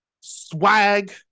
swag